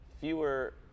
fewer